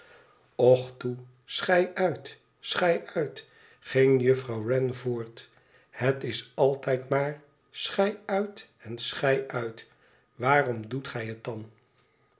schei uit schei uit ging juffrouw wren voort het is altijd maar schei uit en schei uit waarom doet gij het dan